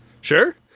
Sure